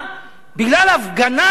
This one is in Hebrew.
בגלל הפגנה שהיתה,